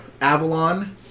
Avalon